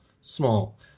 Small